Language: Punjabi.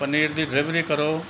ਪਨੀਰ ਦੀ ਡਿਲੀਵਰੀ ਕਰੋ